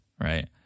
right